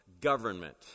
government